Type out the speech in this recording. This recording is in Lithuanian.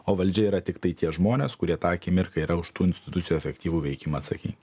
o valdžia yra tiktai tie žmonės kurie tą akimirką yra už tų institucijų efektyvų veikimą atsakingi